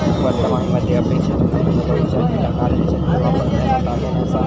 वर्तमान मध्ये अपेक्षित उत्पन्न भविष्यातीला कार्यशक्ती वापरण्याचा साधन असा